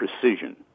precision